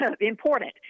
important